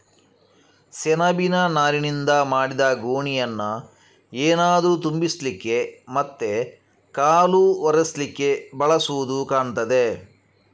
ಸೆಣಬಿನ ನಾರಿನಿಂದ ಮಾಡಿದ ಗೋಣಿಯನ್ನ ಏನಾದ್ರೂ ತುಂಬಿಸ್ಲಿಕ್ಕೆ ಮತ್ತೆ ಕಾಲು ಒರೆಸ್ಲಿಕ್ಕೆ ಬಳಸುದು ಕಾಣ್ತದೆ